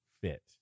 fit